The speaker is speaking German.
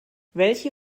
welche